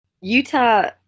Utah